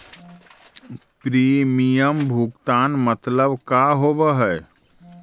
Premium भुगतान मतलब का होव हइ?